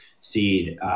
seed